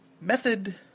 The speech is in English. method